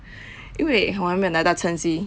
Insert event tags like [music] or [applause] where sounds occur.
[breath] 因为我还没有拿到成绩